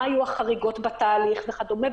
מהי החריגות בתהליך וכדו'.